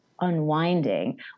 unwinding